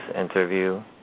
interview